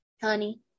honey